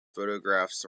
photographs